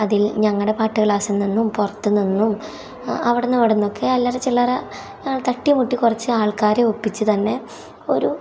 അതിൽ ഞങ്ങളുടെ പാട്ടു ക്ലാസ്സിൽ നിന്നും പുറത്ത് നിന്നും അവിടുന്നിവിടുന്നൊക്കെ അല്ലറ ചില്ലറ തട്ടി മുട്ടി കുറച്ചാൾക്കാരെ ഒപ്പിച്ച് തന്നെ ഒരു